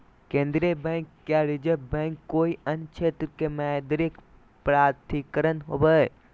केन्द्रीय बैंक या reserve bank कोय अन्य क्षेत्र के मौद्रिक प्राधिकरण होवो हइ